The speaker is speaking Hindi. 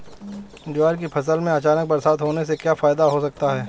ज्वार की फसल में अचानक बरसात होने से क्या फायदा हो सकता है?